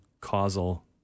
causal